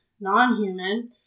non-human